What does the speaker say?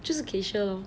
就是 kaysha lor